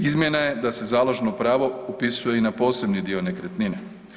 Izmjena je da se založno pravo upisuje i na posebni dio nekretnine.